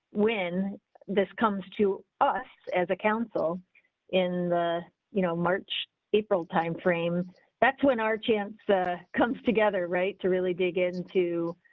when this comes to us as a council in the you know march april timeframe, that's when our chance ah comes together, right. to really dig into.